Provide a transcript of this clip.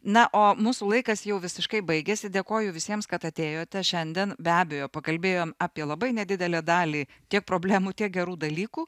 na o mūsų laikas jau visiškai baigiasi dėkoju visiems kad atėjote šiandien be abejo pakalbėjom apie labai nedidelę dalį tiek problemų tiek gerų dalykų